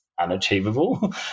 Unachievable